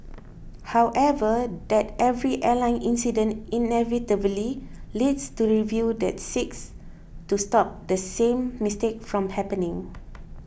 however that every airline incident inevitably leads to reviews that seek to stop the same mistake from happening